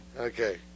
Okay